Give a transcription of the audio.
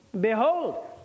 Behold